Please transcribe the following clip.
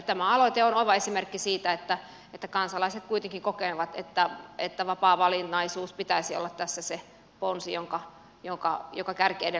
tämä aloite on oiva esimerkki siitä että kansalaiset kuitenkin kokevat että vapaavalinnaisuuden pitäisi olla tässä se ponsi jonka kärki edellä sitten edetään